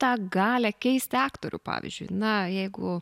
tą galią keisti aktorių pavyzdžiui na jeigu